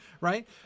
right